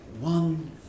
one